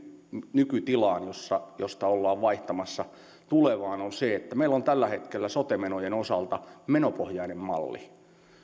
nykytilaan josta ollaan vaihtamassa tulevaan on se että meillä on tällä hetkellä sote menojen osalta menopohjainen malli